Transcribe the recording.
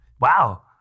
wow